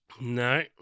No